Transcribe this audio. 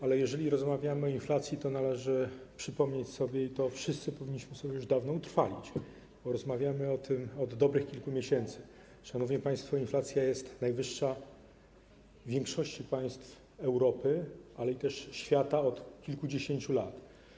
Ale jeżeli rozmawiamy o inflacji, to należy przypomnieć sobie i to wszyscy powinniśmy sobie już dawno to utrwalić - rozmawiamy o tym od dobrych kilku miesięcy - szanowni państwo, inflacja jest najwyższa w większości państw Europy, ale też świata, od kilkudziesięciu lat.